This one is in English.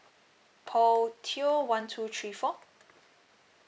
paul teo one two three four